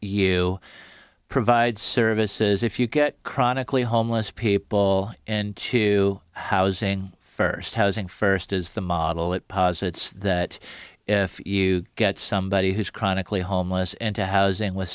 you provide services if you get chronically homeless people in to housing first housing first is the model that posits that if you get somebody who's chronically homeless and to housing with